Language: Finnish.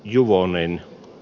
juvonen